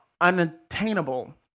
unattainable